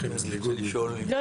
תודה,